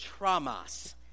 traumas